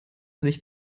sich